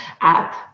app